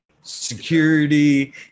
Security